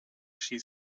she